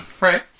Right